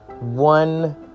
one